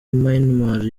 myanmar